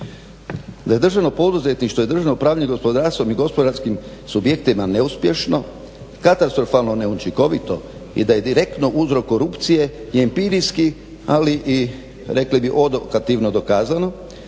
Da je državno poduzetništvo i državno upravljanje gospodarstvom i gospodarskim subjektima neuspješno, katastrofalno neučinkovito i da je direktno uzrok korupcije i empirijski ali rekli bi i odokativno dokazano,